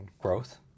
growth